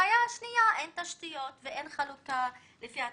הבעיה השנייה היא שאין תשתיות ואין חלוקה לפי הצורך.